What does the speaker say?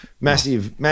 massive